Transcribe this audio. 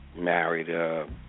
married